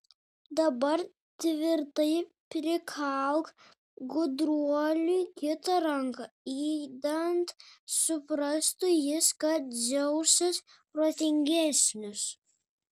dabar tvirtai prikalk gudruoliui kitą ranką idant suprastų jis kad dzeusas protingesnis